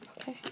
okay